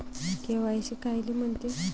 KYC कायले म्हनते?